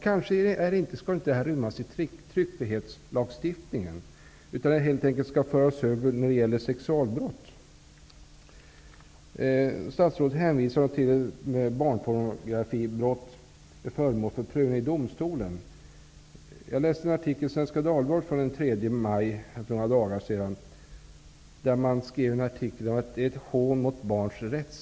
Kanske skall detta inte rymmas i tryckfrihetslagstiftningen utan föras över till sexualbrottslagstiftningen. Statsrådet hänvisar till att ett barnpornografibrott är föremål för prövning i domstol. Jag läste en artikel i Svenska Dagbladet från den 2 maj om det här uppmärksammande målet i Stockholms tingsrätt.